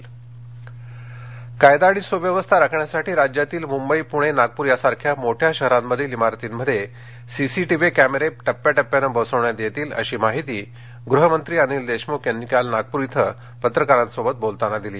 CCV कायदा आणि सुव्यवस्था राखण्यासाठी राज्यातील मुंबई पुणे नागपूर यासारख्या मोठ्या शहरांमधील इमारतींमध्ये सीसीटीव्ही कॅमेरे टप्प्याटप्प्यात बसवण्यात येतील अशी माहिती गृहमंत्री अनिल देशमुख यांनी काल नागपूर इथं पत्रकारांशी बोलताना दिली